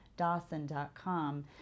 Dawson.com